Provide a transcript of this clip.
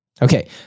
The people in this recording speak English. Okay